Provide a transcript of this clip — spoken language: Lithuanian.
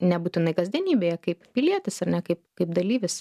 nebūtinai kasdienybėje kaip pilietis ar ne kaip kaip dalyvis